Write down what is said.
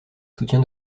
soutien